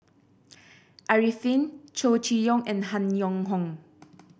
Arifin Chow Chee Yong and Han Yong Hong